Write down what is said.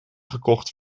gekocht